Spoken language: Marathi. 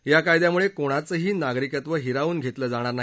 त्या कायद्यामुळे कोणाचंही नागरिकत्व हिरावून घेतलं जाणार नाही